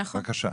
בבקשה.